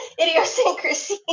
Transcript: idiosyncrasy